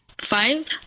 five